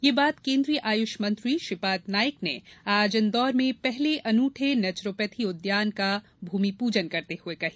यह बात केंद्रीय आय्ष मंत्री श्रीपाद नाईक ने आज इंदौर में पहले अनुठे नैचरोपैथी उद्यान का भूमिपूजन करते हुए कही